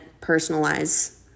personalize